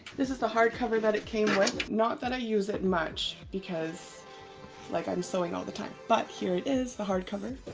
this is the that it came with not that i use it much because like i'm sewing all the time, but here it is the hardcover